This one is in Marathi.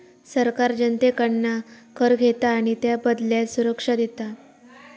सरकार जनतेकडना कर घेता आणि त्याबदल्यात सुरक्षा देता